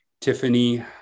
Tiffany